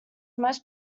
most